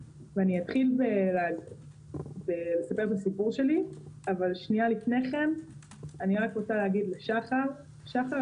לפני שאספר את הסיפור שלי אני רק רוצה להגיד לשחר: שחר,